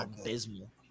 abysmal